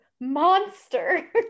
monster